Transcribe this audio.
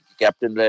captain